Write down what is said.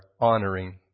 honoring